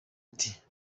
iti